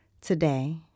Today